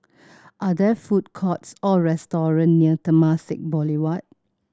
are there food courts or restaurant near Temasek Boulevard